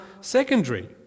secondary